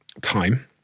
time